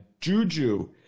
juju